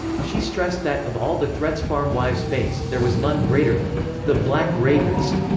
she stressed that, of all the threats farm wives face, there was none greater than the black rapist,